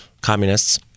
Communists